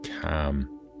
calm